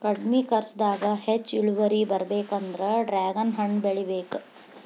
ಕಡ್ಮಿ ಕರ್ಚದಾಗ ಹೆಚ್ಚ ಇಳುವರಿ ಬರ್ಬೇಕಂದ್ರ ಡ್ರ್ಯಾಗನ್ ಹಣ್ಣ ಬೆಳಿಬೇಕ